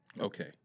Okay